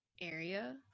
area